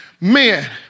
men